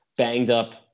banged-up